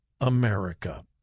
America